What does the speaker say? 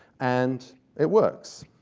and it works.